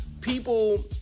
people